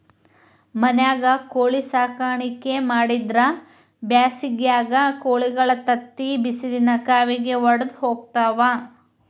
ಮನ್ಯಾಗ ಕೋಳಿ ಸಾಕಾಣಿಕೆ ಮಾಡಿದ್ರ್ ಬ್ಯಾಸಿಗ್ಯಾಗ ಕೋಳಿಗಳ ತತ್ತಿ ಬಿಸಿಲಿನ ಕಾವಿಗೆ ವಡದ ಹೋಗ್ತಾವ